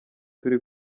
turi